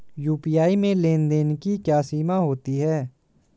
UPI में लेन देन की क्या सीमा होती है?